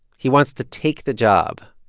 he wants to take the job,